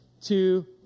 two